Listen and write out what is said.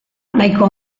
nahiko